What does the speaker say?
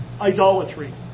Idolatry